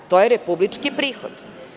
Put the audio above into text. To je republički prihod.